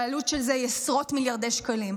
שהעלות שלה היא עשרות מיליארדי שקלים,